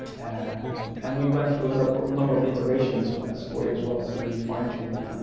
and and we went through a number number of iterations on that story, as well, to really fine tune it. and